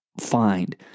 find